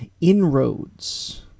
inroads